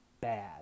bad